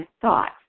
thought